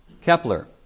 Kepler